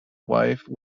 wife